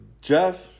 Jeff